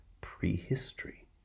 prehistory